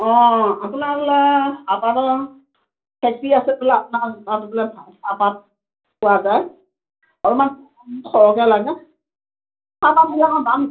অ আপোনালৈ বোলে আপোনাৰ তাত পোৱা যায় অলপমান সৰহকৈ লাগে চাহপাত বিলাকৰ দাম